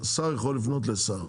יכול לפנות לשר.